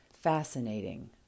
fascinating